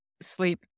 sleep